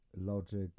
logic